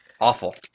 Awful